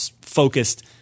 focused